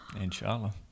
Inshallah